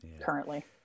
currently